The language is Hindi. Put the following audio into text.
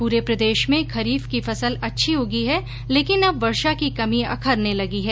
पूरे प्रदेश में खरीफ की फसल अच्छी उंगी है लेकिन अब वर्षा की कमी अखरने लगी है